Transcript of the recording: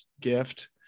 gift